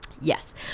Yes